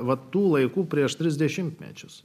vat tų laikų prieš tris dešimtmečius